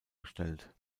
gestellt